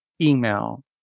email